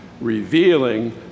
revealing